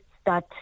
start